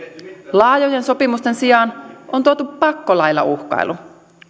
laajojen sopimusten sijaan on tuotu pakkolailla uhkailu